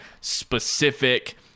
specific